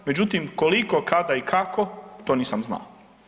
Međutim, koliko, kada i kako to nisam znao.